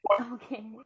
Okay